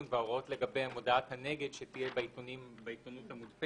וההוראות לגבי מודעת הנגד שתהיה בעיתונות המודפסת.